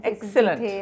Excellent